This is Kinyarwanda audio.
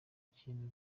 ikintu